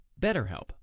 BetterHelp